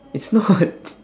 it's not